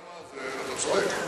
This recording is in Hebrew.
אתה צודק,